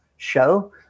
show